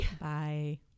Bye